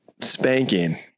spanking